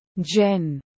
Jen